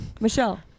Michelle